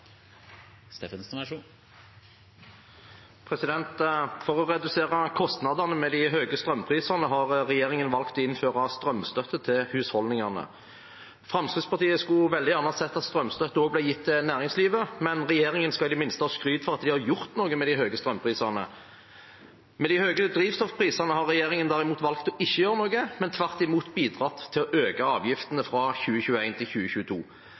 husholdningene. Fremskrittspartiet skulle veldig gjerne sett at strømstøtte også ble gitt til næringslivet, men regjeringen skal i det minste ha skryt for at de har gjort noe med de høye strømprisene. Med de høye drivstoffprisene har regjeringen derimot valgt å ikke gjøre noe, men tvert imot bidratt til å øke avgiftene fra 2021 til 2022.